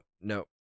no